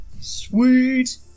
Sweet